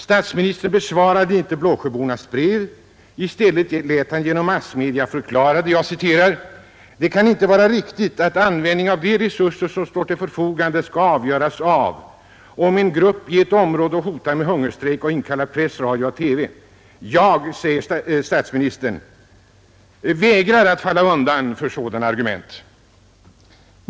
Statsministern besvarade inte Blåsjöbornas brev. I stället lät han genom massmedia förklara: ”Det kan inte vara riktigt att användningen av de resurser som står till förfogande skall avgöras av om en grupp i ett område hotar med hungerstrejk och inkallar press, radio och TV. Jag” — säger statsministern — ”vägrar att falla undan för sådana argument.